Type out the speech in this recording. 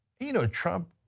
you know trump,